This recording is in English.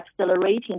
accelerating